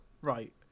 Right